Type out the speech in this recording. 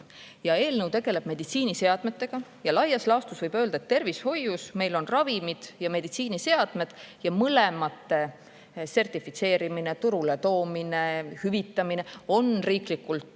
Eelnõu tegeleb meditsiiniseadmetega. Laias laastus võib öelda, et tervishoius meil on ravimid ja meditsiiniseadmed. Nende sertifitseerimine, turule toomine ja hüvitamine on riiklikult